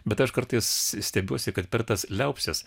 bet aš kartais stebiuosi kad per tas liaupses